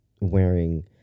wearing